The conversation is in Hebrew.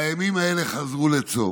בימים האלה, חזרו לצום.